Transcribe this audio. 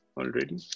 already